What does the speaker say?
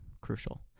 crucial